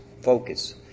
Focus